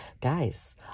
guys